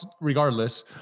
regardless